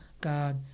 God